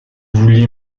vouliez